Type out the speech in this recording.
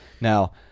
Now